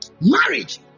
Marriage